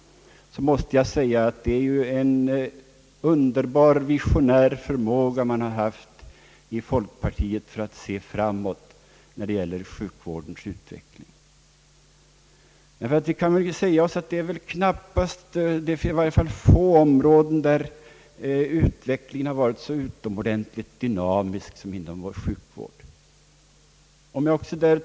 Jag måste säga att man inom folkpartiet visar en underbar visionär förmåga att se framåt när det gäller sjukvårdens utveckling. Det är väl på få områden som utvecklingen har varit så utomordentligt dynamisk som inom vår sjukvård.